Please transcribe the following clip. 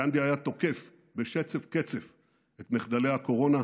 גנדי היה תוקף בשצף-קצף את מחדלי הקורונה,